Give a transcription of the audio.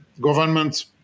government